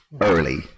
early